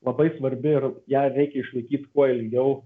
labai svarbi ir ją reikia išlaikyt kuo ilgiau